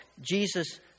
Jesus